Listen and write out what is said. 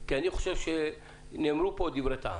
אני חושב שנאמרו פה דברי טעם,